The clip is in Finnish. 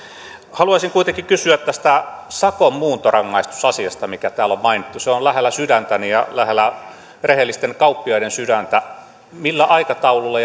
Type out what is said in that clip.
haluaisin kuitenkin kysyä tästä sakon muuntorangaistusasiasta mikä täällä on mainittu se on lähellä sydäntäni ja lähellä rehellisten kauppiaiden sydäntä millä aikataululla